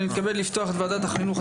אני מתכבד לפתוח את ועדת החינוך,